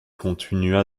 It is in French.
continua